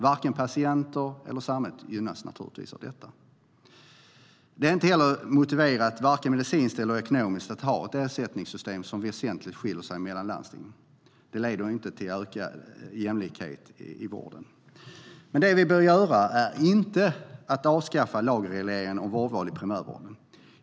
Varken patienterna eller samhället gynnas naturligtvis av detta. Det vi bör göra är inte att avskaffa lagregleringen om vårdval i primärvården.